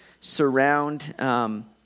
surround